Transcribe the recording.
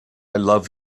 love